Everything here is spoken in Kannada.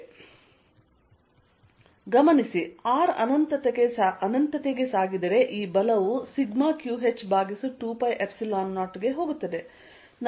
Fvertical2πσqh4π0hh2R2ydyy3σqh201h 1h2R2 ಗಮನಿಸಿ R ಅನಂತತೆಗೆ ಸಾಗಿದರೆ ಈ ಬಲವು σqh ಭಾಗಿಸು 20 ಗೆ ಹೋಗುತ್ತದೆ